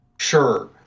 sure